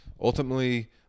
ultimately